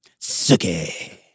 Suki